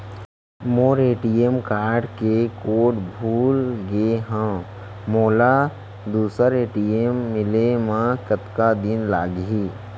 मोर ATM card के code भुला गे हव, मोला दूसर ए.टी.एम मिले म कतका दिन लागही?